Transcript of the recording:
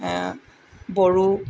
Bodo